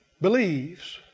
believes